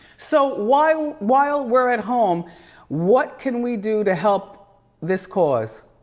so, while while we're at home what can we do to help this cause?